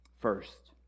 First